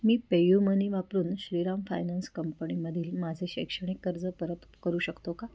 मी PayUmoney वापरून Shriram Finance कंपणीमधील माझे शैक्षणिक कर्ज परत करू शकतो का